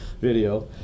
video